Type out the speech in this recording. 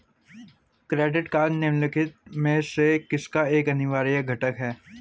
Credit card निम्नलिखित में से किसका एक अनिवार्य घटक है?